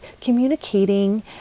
communicating